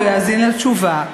יאזין לתשובה.